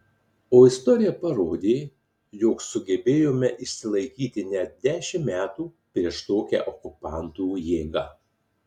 o istorija parodė jog sugebėjome išsilaikyti net dešimt metų prieš tokią okupantų jėgą